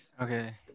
Okay